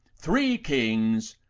three kings,